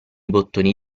bottoni